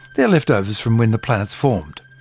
they're left-overs from when the planets formed.